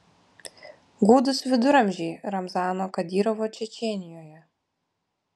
gūdūs viduramžiai ramzano kadyrovo čečėnijoje